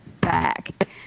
back